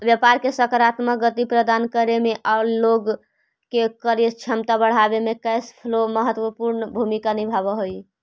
व्यापार के सकारात्मक गति प्रदान करे में आउ लोग के क्रय क्षमता बढ़ावे में कैश फ्लो महत्वपूर्ण भूमिका निभावऽ हई